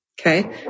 Okay